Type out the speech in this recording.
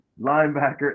linebacker